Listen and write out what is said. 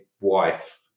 wife